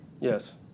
Yes